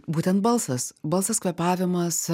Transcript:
būtent balsas balsas kvėpavimas